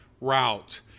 route